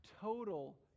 total